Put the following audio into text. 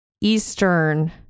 Eastern